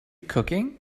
cooking